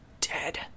dead